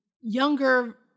younger